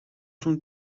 تون